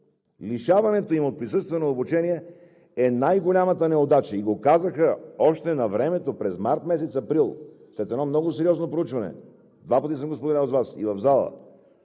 лишаването им от присъствено обучение е най-голямата неудача. Още навремето през месец април и след едно много сериозно проучване – два пъти съм го споделял с Вас в залата,